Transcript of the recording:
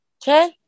Okay